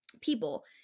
people